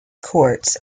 courts